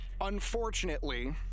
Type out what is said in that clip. Unfortunately